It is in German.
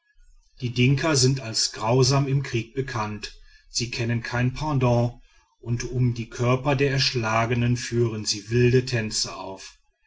die dinka sind als grausam im krieg bekannt sie kennen keinen pardon und um die körper der erschlagenen führen sie wilde tänze auf